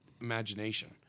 imagination